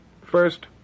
First